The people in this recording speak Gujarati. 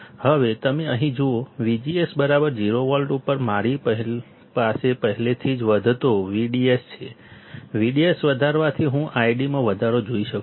હવે તમે અહીં જુઓ VGS 0 વોલ્ટ ઉપર મારી પાસે પહેલેથી જ વધતો VDS છે VDS વધારવાથી હું ID માં વધારો જોઈ શકું છું